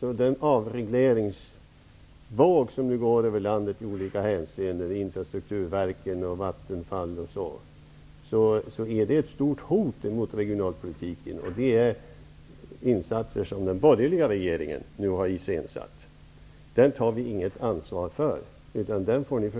Den avregleringsvåg som nu går över landet i olika hänseenden -- infrastrukturverken, som Vattenfall, osv. -- är ett stort hot mot regionalpolitiken, och det är den borgerliga regeringen som nu har iscensatt dessa insatser. Den avregleringsvågen tar vi inget ansvar för. Den får ni